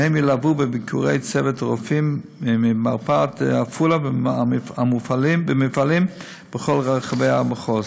והן ילוו בביקורי צוות הרופאים ממרפאת עפולה במפעלים בכל רחבי המחוז.